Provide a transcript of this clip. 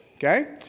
okay?